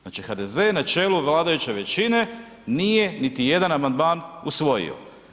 Znači HDZ je na čelu vladajuće većine, nije niti jedan amandman usvojio.